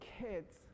kids